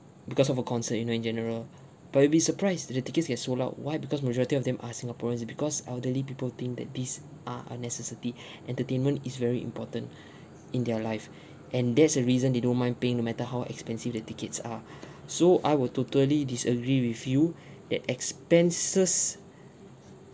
because of a concert you know in general but you'd be surprised that the tickets has sold out why because majority of them are singaporeans because elderly people think that this are a necessity entertainment is very important in their life and that's the reason they don't mind paying no matter how expensive the tickets are so I will totally disagree with you that expenses